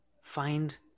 find